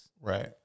Right